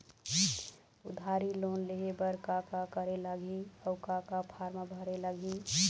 उधारी लोन लेहे बर का का करे लगही अऊ का का फार्म भरे लगही?